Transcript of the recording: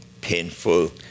painful